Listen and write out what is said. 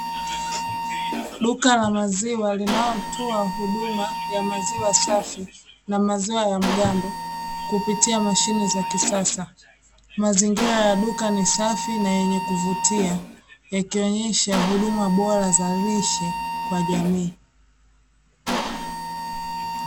Duka la maziwa linalotoa huduma ya maziwa safi na maziwa ya mgando kupitia mashine za kisasa, mazingira ya duka ni safi na yenye kuvutia yakionyesha huduma bora za lishe kwa jamii.